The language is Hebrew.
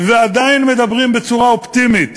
ועדיין מדברים בצורה אופטימית